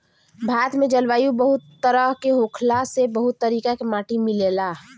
भारत में जलवायु बहुत तरेह के होखला से बहुत तरीका के माटी मिलेला